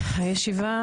הישיבה